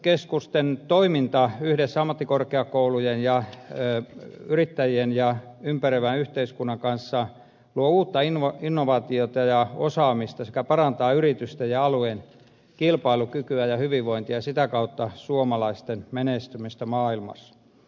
yliopistokeskusten toiminta yhdessä ammattikorkeakoulujen ja yrittäjien ja ympäröivän yhteiskunnan kanssa luo uutta innovaatiota ja osaamista sekä parantaa yritysten ja alueen kilpailukykyä ja hyvinvointia ja sitä kautta suomalaisten menestymistä maailmalla